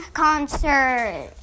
concert